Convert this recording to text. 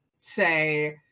say